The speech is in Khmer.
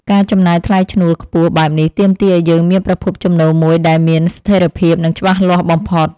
ការចំណាយថ្លៃឈ្នួលខ្ពស់បែបនេះទាមទារឱ្យយើងមានប្រភពចំណូលមួយដែលមានស្ថិរភាពនិងច្បាស់លាស់បំផុត។